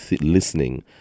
listening